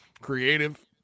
creative